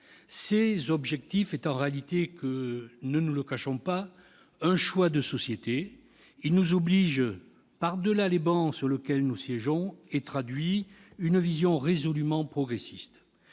Ces objectifs sont en réalité, ne nous le cachons pas, un choix de société. Ils nous obligent par-delà les travées sur lesquelles nous siégeons et traduisent une vision résolument progressiste.